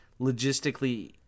logistically